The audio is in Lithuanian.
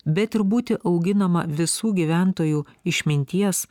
bet ir būti auginama visų gyventojų išminties